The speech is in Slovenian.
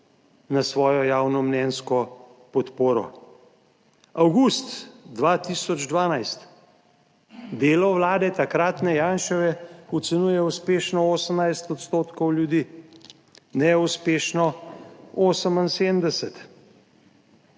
na svojo javnomnenjsko podporo? Avgust 2012 delo Vlade takratne Janševe ocenjuje uspešno 18 odstotkov ljudi, neuspešno 78,